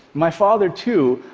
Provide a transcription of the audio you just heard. my father, too,